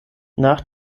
nach